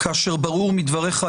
כאשר ברור מדבריך,